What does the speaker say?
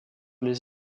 les